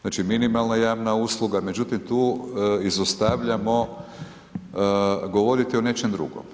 Znači minimalna javna usluga, međutim, tu izostavljamo gotoviti o nečem drugom.